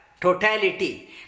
totality